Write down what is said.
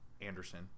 Anderson